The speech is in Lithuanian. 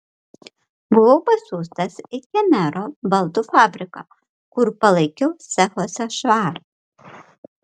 buvau pasiųstas į kemero baldų fabriką kur palaikiau cechuose švarą